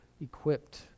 equipped